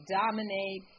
dominate